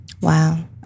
Wow